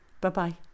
Bye-bye